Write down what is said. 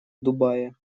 дубае